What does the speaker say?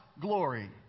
glory